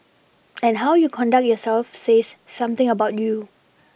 and how you conduct yourself says something about you